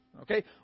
Okay